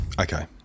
Okay